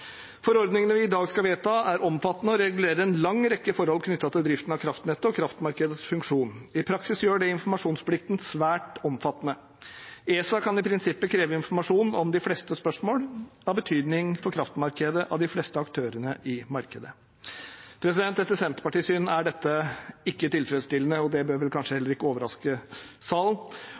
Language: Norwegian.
Forordningene vi i dag skal vedta, er omfattende og regulerer en lang rekke forhold knyttet til driften av kraftnettet og kraftmarkedets funksjon. I praksis gjør det informasjonsplikten svært omfattende. ESA kan i prinsippet kreve informasjon om de fleste spørsmål av betydning for kraftmarkedet av de fleste aktørene i markedet. Etter Senterpartiets syn er dette ikke tilfredsstillende – det bør vel kanskje heller ikke overraske salen